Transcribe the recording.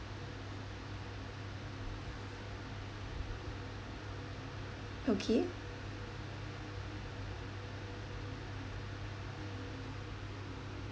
okay